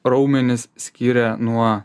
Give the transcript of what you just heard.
raumenis skiria nuo